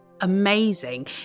amazing